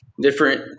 different